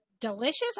delicious